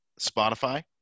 spotify